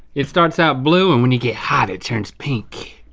it starts out blue and when you get hot, it turns pink.